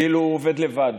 כאילו הוא עובד לבד,